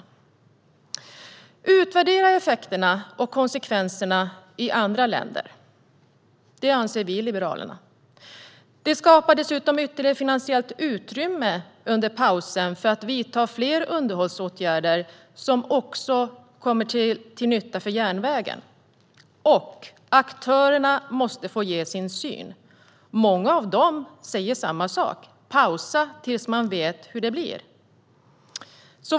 Vi liberaler anser att man ska utvärdera effekterna och konsekvenserna i andra länder. Under pausen skapas dessutom ytterligare finansiellt utrymme för att vidta fler underhållsåtgärder som är till nytta för järnvägen. Aktörerna måste få ge sin syn. Många av dem säger samma sak: att man ska pausa tills man vet hur det blir.